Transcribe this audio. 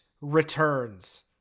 Returns